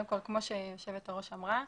כמו שאמרה יושבת הראש,